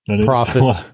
profit